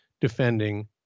defending